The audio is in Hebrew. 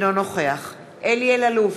אינו נוכח אלי אלאלוף,